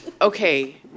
Okay